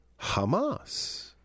Hamas